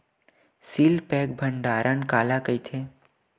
Seal pack भंडारण काला कइथे?